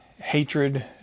hatred